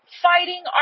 Fighting